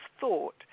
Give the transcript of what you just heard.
thought